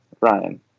ryan